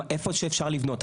איפה שאפשר לבנות.